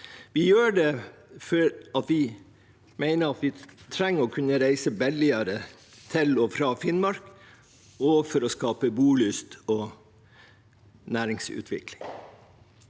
Vi gjør det fordi vi mener at vi trenger å kunne reise billigere til og fra Finnmark, og for å skape bolyst og næringsutvikling.